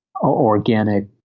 organic